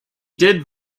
did